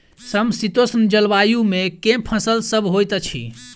समशीतोष्ण जलवायु मे केँ फसल सब होइत अछि?